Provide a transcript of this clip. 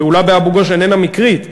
הפעולה באבו-גוש איננה מקרית.